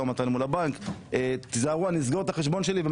ומתן מול הבנק שיזהרו כי הוא יסגור את החשבון שלו בבנק